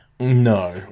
No